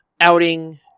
outing